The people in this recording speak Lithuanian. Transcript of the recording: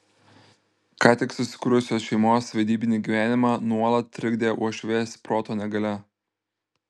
ką tik susikūrusios šeimos vedybinį gyvenimą nuolat trikdė uošvės proto negalia